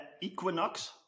equinox